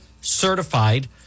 Certified